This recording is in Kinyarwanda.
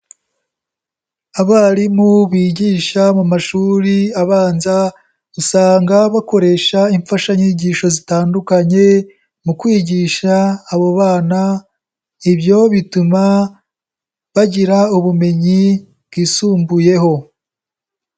Abarimu bigisha mu mashuri abanza, usanga bakoresha imfashanyigisho zitandukanye mu kwigisha abo bana, ibyo bituma bagira ubumenyi bwisumbuyeho.